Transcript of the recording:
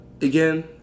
again